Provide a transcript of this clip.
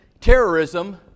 terrorism